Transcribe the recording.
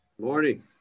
morning